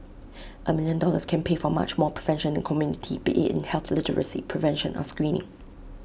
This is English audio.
A million dollars can pay for much more prevention in the community be IT in health literacy prevention or screening